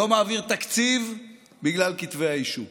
לא מעביר תקציב בגלל כתבי האישום,